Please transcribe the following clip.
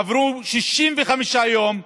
עברו 65 יום,